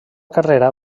carrera